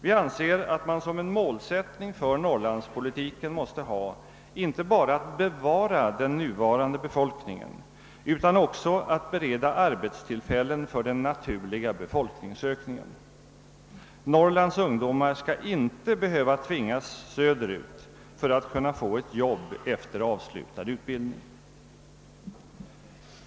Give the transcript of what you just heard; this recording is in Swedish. Vi anser att man som målsättning för norrlandspolitiken måste ha inte bara att bevara den nuvarande befolkningen utan också att bereda arbetstillfällen för den naturliga befolkningsökningen. Norrlands ungdomar skall inte behöva tvingas söderut för att kunna få ett jobb efter avslutad utbildning.